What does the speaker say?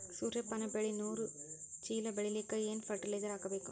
ಸೂರ್ಯಪಾನ ಬೆಳಿ ನೂರು ಚೀಳ ಬೆಳೆಲಿಕ ಏನ ಫರಟಿಲೈಜರ ಹಾಕಬೇಕು?